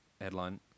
headline